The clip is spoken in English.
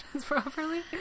properly